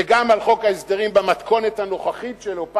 וגם על חוק ההסדרים במתכונת הנוכחית שלו,